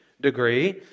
degree